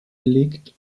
gelegt